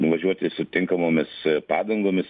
važiuoti su tinkamomis padangomis